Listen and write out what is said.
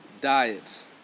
diets